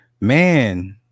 man